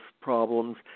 problems